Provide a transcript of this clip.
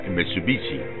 Mitsubishi